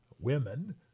women